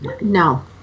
no